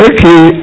Okay